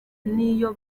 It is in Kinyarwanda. niyo